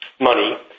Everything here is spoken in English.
money